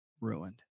ruined